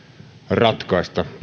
ratkaista